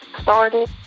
started